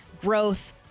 growth